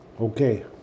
Okay